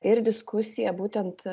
ir diskusiją būtent